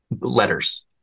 Letters